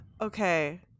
Okay